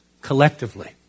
collectively